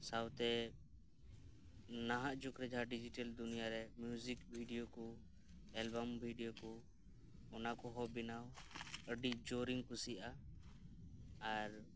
ᱥᱟᱶᱛᱮ ᱱᱟᱦᱟᱜ ᱡᱩᱜᱽᱨᱮ ᱡᱟᱦᱟᱸ ᱰᱤᱡᱤᱴᱮᱞ ᱫᱩᱱᱤᱭᱟᱨᱮ ᱢᱤᱭᱩᱡᱤᱠ ᱵᱷᱤᱰᱭᱳ ᱠᱚ ᱮᱞᱵᱟᱢ ᱵᱷᱰᱭᱳ ᱠᱚ ᱚᱱᱟ ᱠᱚᱦᱚ ᱵᱮᱱᱟᱣ ᱟᱹᱰᱤ ᱡᱳᱨ ᱤᱧ ᱠᱩᱥᱤᱭᱟᱜᱼᱟ ᱟᱨ